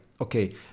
okay